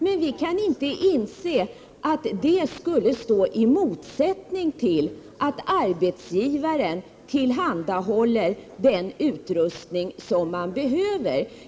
Men vi kan inte inse att det skulle stå i motsättning till att arbetsgivaren tillhandahåller den utrustning som man behöver.